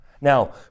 Now